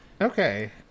Okay